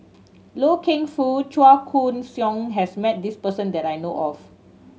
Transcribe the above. Loy Keng Foo Chua Koon Siong has met this person that I know of